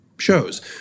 Shows